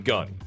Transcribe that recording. Gun